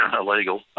illegal